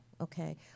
okay